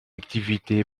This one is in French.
activité